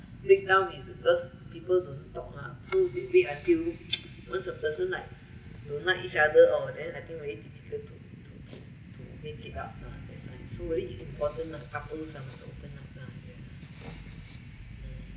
break down is because people don't talk lah so deep deep until once a person like don't like each other or then I think very difficult to to to make it up lah that's why so very important couples ah must open up lah yeah